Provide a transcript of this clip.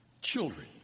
Children